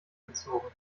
gezogen